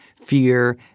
fear